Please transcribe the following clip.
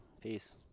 Peace